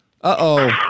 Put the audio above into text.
Uh-oh